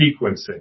sequencing